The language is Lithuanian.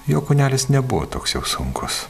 jo kūnelis nebuvo toks jau sunkus